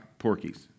porkies